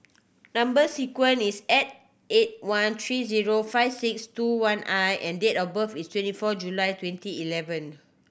number sequence is eight one three zero five six two one I and date of birth is twenty fourth July twenty eleven